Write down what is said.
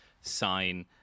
sign